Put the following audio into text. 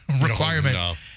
requirement